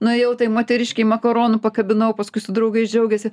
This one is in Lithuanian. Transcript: nuėjau tai moteriškei makaronų pakabinau paskui su draugais džiaugiasi